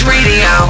Radio